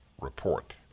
Report